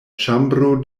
ĉambro